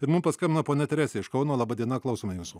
ir mum paskambino ponia teresė iš kauno laba diena klausome jūsų